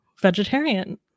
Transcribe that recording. vegetarian